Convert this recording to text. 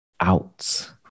out